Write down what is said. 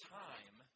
time